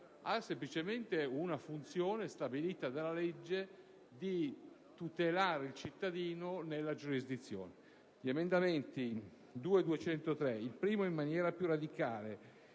Ha semplicemente una funzione stabilita dalla legge di tutelare il cittadino nella giurisdizione. Entrambi gli emendamenti, il primo in maniera più radicale,